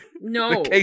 No